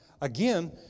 again